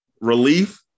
relief